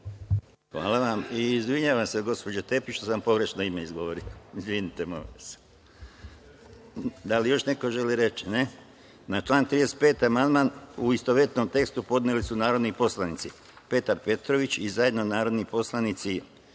Hvala vam i izvinjavam se, gospođo Tepić, što sam pogrešno ime izgovorio, izvinite molim vas. Da li još neko želi reč? (Ne)Na član 35. amandman, u istovetnom tekstu, podneli su narodni poslanici Petar Petrović, i zajedno narodni poslanici